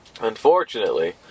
Unfortunately